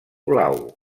blau